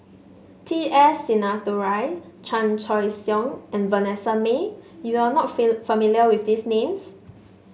T S Sinnathuray Chan Choy Siong and Vanessa Mae you are not familiar with these names